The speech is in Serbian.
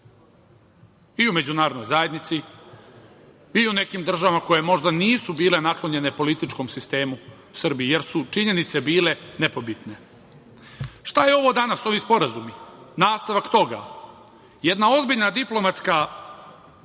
i u međunarodnoj zajednici i u nekim državama koje možda nisu bile naklonjene političkom sistemu Srbije, jer su činjenice bile nepobitne. Šta je ovo danas, ovi sporazumi? Nastavak toga. Jedna ozbiljna diplomatska